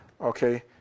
okay